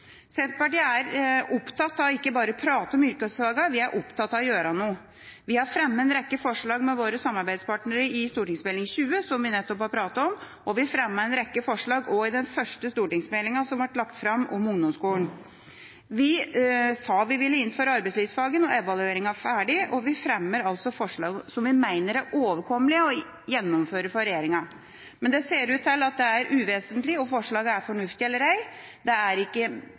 Senterpartiet er ikke bare opptatt av å prate om yrkesfagene, vi er opptatt av å gjøre noe. Vi fremmet en rekke forslag sammen med våre samarbeidspartnere i Meld. St. 20 for 2012–2013, som vi nettopp har snakket om. Vi fremmet en rekke forslag også i den første stortingsmeldinga som ble lagt fram om ungdomsskolen. Vi sa vi ville innføre arbeidslivsfaget når evalueringa var ferdig. Vi fremmer altså forslag som vi mener er overkommelige å gjennomføre for regjeringa, men det ser ut til at det er uvesentlig om forslagene er fornuftige eller ei. Det er faktisk ikke